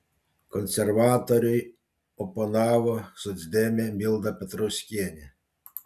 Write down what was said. konservatoriui oponavo socdemė milda petrauskienė